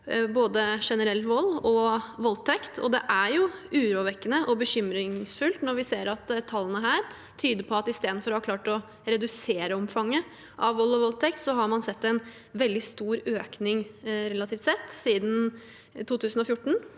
både generell vold og voldtekt, og det er urovekkende og bekymringsfullt når vi ser at tallene her tyder på at istedenfor å ha klart å redusere omfanget av vold og voldtekt er det en veldig stor økning relativt sett siden 2014,